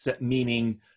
meaning